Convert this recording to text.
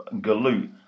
galoot